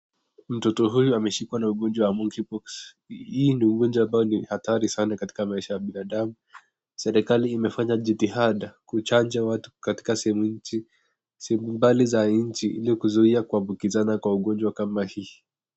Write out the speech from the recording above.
Mtoto huyu ameshikwa na ugonjwa wa Monkeypox . Hii ni ugonjwa ambayo ni hatari sana katika maisha ya binadamu. Serikali imefanya jitihada kuchanja watu katika sehemu mbali za nchi ili kuzuia kuambukizana kwa ugonjwa kama hii.